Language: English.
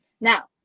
Now